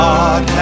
God